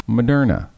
Moderna